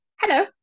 Hello